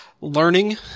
learning